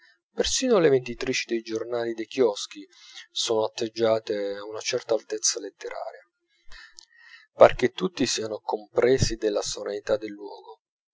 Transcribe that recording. persino le venditrici di giornali dei chioschi sono atteggiate a una certa altezza letteraria par che tutti siano compresi della sovranità del luogo